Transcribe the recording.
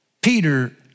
Peter